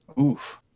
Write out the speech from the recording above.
Oof